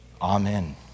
Amen